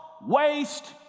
waste